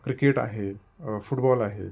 cricket आहे football आहे